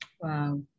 Wow